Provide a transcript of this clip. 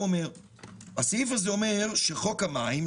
הסעיף הזה אומר שחוק המים,